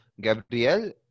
Gabriel